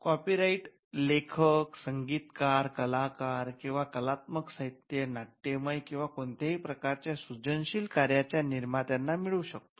copyright लेखक संगीतकार कलाकार किंवा कलात्मक साहित्य नाट्यमय किंवा कोणत्याही प्रकारच्या सृजनशील कार्याच्या निर्मात्यांना मिळू शकतो